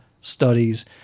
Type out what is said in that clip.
studies